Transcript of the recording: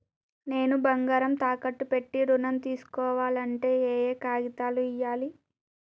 నేను బంగారం తాకట్టు పెట్టి ఋణం తీస్కోవాలంటే ఏయే కాగితాలు ఇయ్యాలి?